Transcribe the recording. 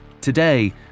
Today